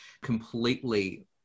completely